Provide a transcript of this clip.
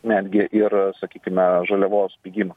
netgi ir sakykime žaliavos pigimą